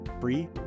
free